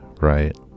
Right